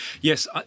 Yes